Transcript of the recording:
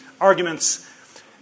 arguments